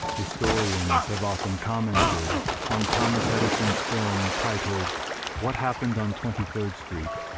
historians have often commented on thomas edison's film, titled what happened on twenty-third street,